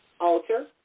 alter